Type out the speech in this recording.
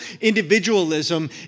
individualism